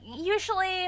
usually